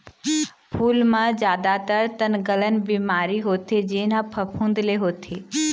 फूल म जादातर तनगलन बिमारी होथे जेन ह फफूंद ले होथे